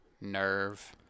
Nerve